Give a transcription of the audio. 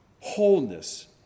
wholeness